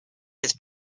his